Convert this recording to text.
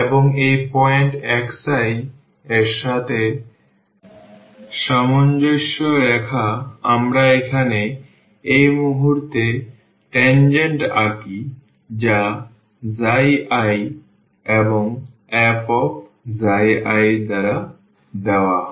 এবং এই point xi এর সাথে সামঞ্জস্য রেখে আমরা এখানে এই মুহুর্তে tangent আঁকি যা i এবং f দ্বারা দেওয়া হয়